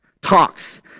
talks